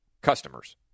customers